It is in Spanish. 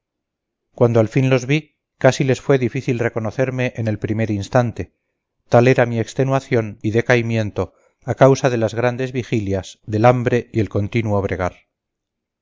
cuando al fin los vi casi les fue difícil reconocerme en el primer instante tal era mi extenuación y decaimiento a causa de las grandes vigilias del hambre y el continuo bregar